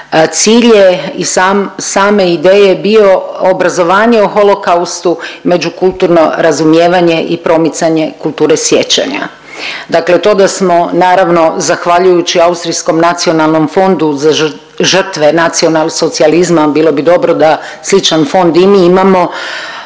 sam, i same ideje bio obrazovanje o Holokaustu, međukulturno razumijevanje i promicanje kulture sjećanja. Dakle to da smo naravno zahvaljujući austrijskom nacionalnom fondu za žrtve nacionalsocijalizma bilo bi dobro da sličan fond i mi imamo,